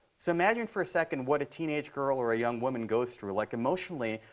so imagine for a second what a teenage girl or a young woman goes through. like, emotionally,